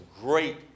great